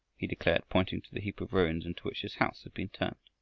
he declared, pointing to the heap of ruins into which his house had been turned,